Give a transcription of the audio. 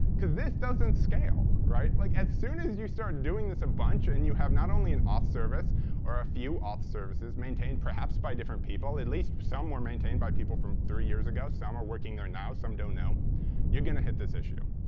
this doesn't scale. right? like, as soon as you start doing this a bunch and you have not only an auth service or a few auth services, maintained perhaps by different people at least some were maintained by people from three years ago, some are working there now, some don't know you're going to hit this issue.